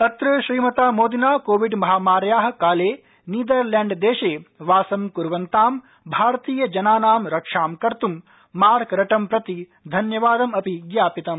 अत्र श्रीमता मोदिना कोविड महामार्याः काले नीदरलैण्डदेशे वासं कर्वन्तां भारतीय जनानां रक्षां कर्तं मार्क रटं प्रति धन्यवादमपि ज्ञापितम्